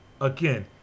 again